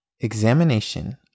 Examination